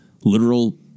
literal